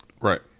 Right